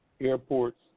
airports